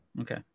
Okay